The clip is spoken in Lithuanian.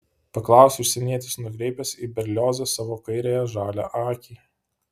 paklausė užsienietis nukreipęs į berliozą savo kairiąją žalią akį